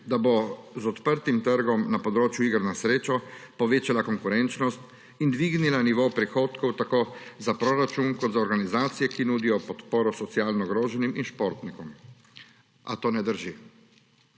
da bo z odprtim trgom na področju iger na srečo povečala konkurenčnost in dvignila nivo prihodkov tako za proračun kot za organizacije, ki nudijo podporo socialno ogroženim in športnikom, a to ne drži